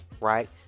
right